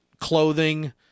clothing